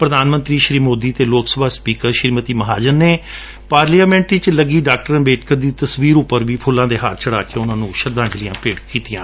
ਪ੍ਰਧਾਨ ਮੰਤਰੀ ਸ੍ਰੀ ਮੋਦੀ ਅਤੇ ਲੋਕ ਸਭਾ ਸਪੀਕਰ ਸ੍ਰੀਮਤੀ ਸੁਮਿੱਤਰਾ ਮਹਾਜਨ ਨੇ ਪਾਰਲੀਆਮੈਟ ਵਿਚ ਲੱਗੀ ਡਾ ਅੰਬੇਡਕਰ ਦੀ ਤਸਵੀਰ ਉਪਰ ਵੀ ਫੁੱਲ ਚੜੁਾ ਕੇ ਉਨੁਾ ਨੂੰ ਸ਼ਰਧਾਜਲੀਆਂ ਭੇਟ ਕੀਤੀਆਂ